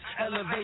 elevation